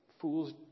fools